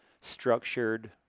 structured